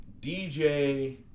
DJ